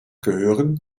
gehören